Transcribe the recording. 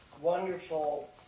wonderful